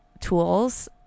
tools